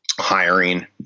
hiring